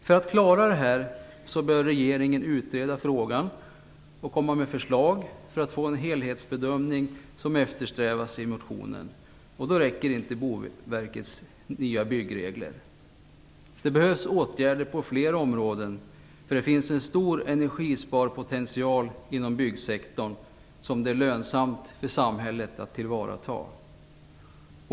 För att detta skall kunna klaras bör regeringen utreda frågan och komma med förslag för att få den helhetsbedömning som eftersträvas i motionen, och då räcker inte Boverkets nya byggregler. Det behövs åtgärder på flera områden, därför att det finns en stor energisparpotential inom byggsektorn som det är lönsamt för samhället att tillvarata.